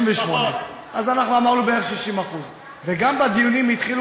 58%. אז אמרנו בערך 60%. וגם בדיונים התחילו